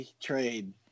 trade